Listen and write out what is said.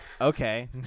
Okay